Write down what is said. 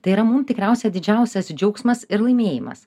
tai yra mum tikriausia didžiausias džiaugsmas ir laimėjimas